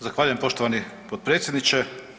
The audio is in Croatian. Zahvaljujem poštovani potpredsjedniče.